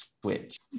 switch